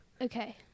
Okay